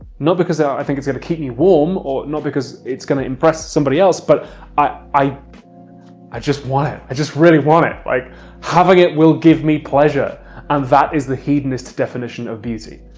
not because i think it's gonna keep me warm or not because it's gonna impress somebody else but i i i just want it, i just really want it. like having it will give me pleasure and that is the hedonist definition of beauty.